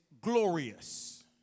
glorious